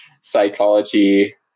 psychology